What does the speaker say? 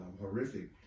horrific